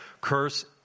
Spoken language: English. curse